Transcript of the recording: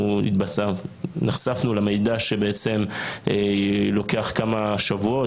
נחשפנו למידע שבעצם לוקח כמה שבועות